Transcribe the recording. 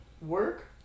work